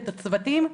את הצוותים,